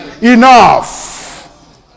enough